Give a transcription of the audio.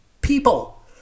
people